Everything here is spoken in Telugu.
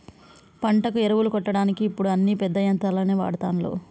పంటకు ఎరువులు కొట్టడానికి ఇప్పుడు అన్ని పెద్ద యంత్రాలనే వాడ్తాన్లు